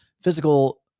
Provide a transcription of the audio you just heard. physical